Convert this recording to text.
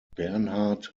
bernhard